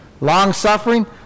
Long-suffering